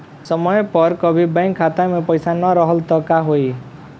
समय पर कभी बैंक खाता मे पईसा ना रहल त का होई?